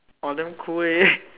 orh damn cool leh